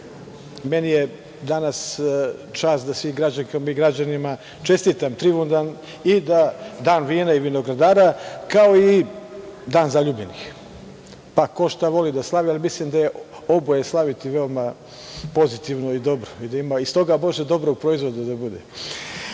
meni je danas čast da svim građankama i građanima čestitam Trivundan i Dan vinara i vinogradara, kao i Dan zaljubljenih, pa ko šta voli da slavi, mislim da je oboje slaviti veoma pozitivno i dobro, i da ima i da bude dobrog proizvoda. Pošto